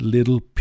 Little